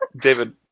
david